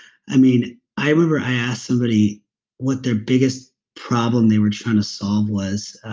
i mean i remember i asked somebody what their biggest problem they were trying to solve was,